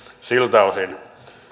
siltä osin